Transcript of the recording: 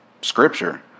scripture